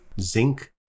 zinc